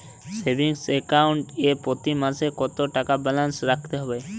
Savings account এ প্রতি মাসে কতো টাকা ব্যালান্স রাখতে হবে?